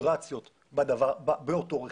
ויברציות באותו רכיב,